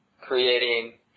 creating